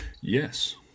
yes